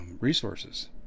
resources